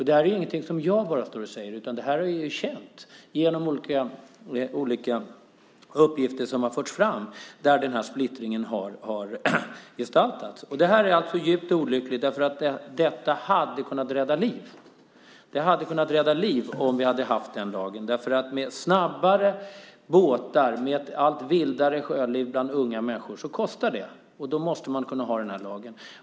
Det här är ingenting som jag bara står och säger, utan det är känt genom olika uppgifter som har förts fram, där splittringen har gestaltats. Detta är något djupt olyckligt, därför att denna lag hade kunnat rädda liv om vi hade haft den. Snabbare båtar och allt vildare sjöliv bland unga människor kostar. Därför behövs den här lagen.